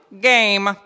game